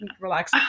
relax